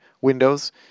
Windows